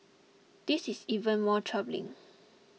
this is even more troubling